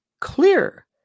clear